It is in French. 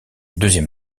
deuxième